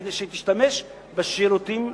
כדי שתשתמש בשירותים,